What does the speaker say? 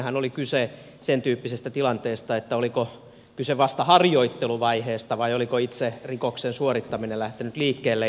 siinähän oli kyse sen tyyppisestä tilanteesta että oliko kyse vasta harjoitteluvaiheesta vai oliko itse rikoksen suorittaminen lähtenyt liikkeelle